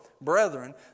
brethren